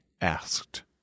asked